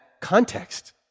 context